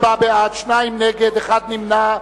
54 בעד, שניים נגד, אחד נמנע.